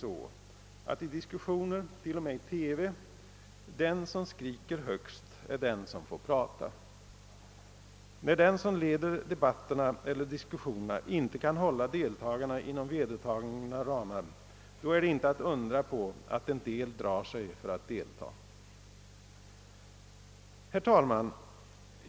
så, att i diskussioner t.o.m. i TV den som skriker högst är den som får prata. När den som leder debatterna eller diskussionerna inte kan hålla deltagarna inom vedertagna ramar, då är det inte att undra på att en del drar sig för att deltaga. : Herr talman!